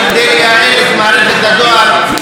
כדי לייעל את מערכת הדואר.